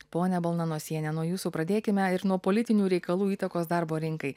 ponia balnanosiene nuo jūsų pradėkime ir nuo politinių reikalų įtakos darbo rinkai